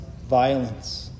violence